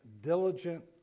diligent